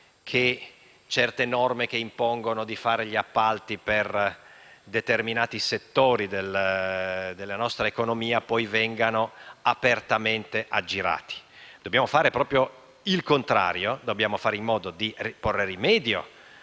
che certe norme, che impongono di indire gare di appalto per determinati settori della nostra economia, poi vengano apertamente aggirate. Dobbiamo fare esattamente il contrario, ossia cercare di porre rimedio